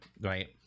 right